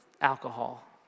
alcohol